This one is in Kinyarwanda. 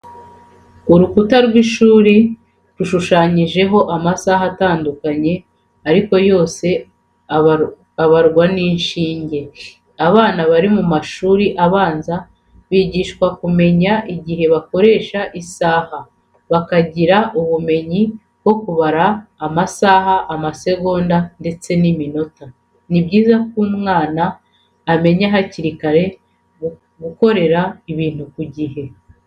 Urukuta rw'ishuri rushushanyijeho amasaha atandukanye ariko yose abarwa n'inshinge. Abana bari mu mashuri abanza bigishwa kumenya igihe hakoreshejwe isaha, bakagira ubumenyi bwo kubara amasaha, amasegonda ndetse n'iminota. Ni byiza ko umwana amenya hakiri kare gukorera ibintu ku gihe.